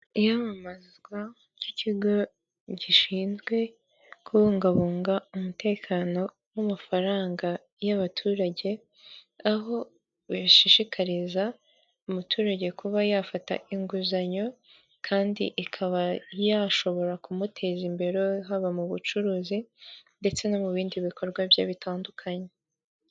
Iyamamazwa ry'ikigo gishinzwe kubungabunga umutekano w'amafaranga y'abaturage, aho bashishikariza umuturage kuba yafata inguzanyo kandi ikaba yashobora kumuteza imbere haba mu bucuruzi ndetse no mu bindi bikorwa bye bitandukanye.